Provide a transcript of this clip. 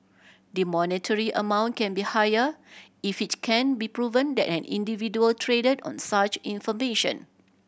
the monetary amount can be higher if it can be proven that an individual traded on such information